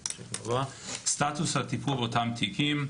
סטטוס הטיפול באותם תיקים: